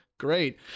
great